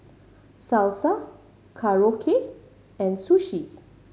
Salsa Korokke and Sushi